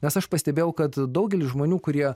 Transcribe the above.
nes aš pastebėjau kad daugelis žmonių kurie